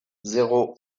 zéro